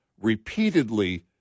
repeatedly